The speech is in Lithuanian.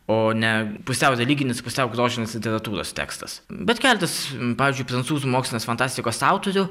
o ne pusiau religinis pusiau grožinės literatūros tekstas bet keletas pavyzdžiui prancūzų mokslinės fantastikos autorių